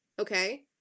okay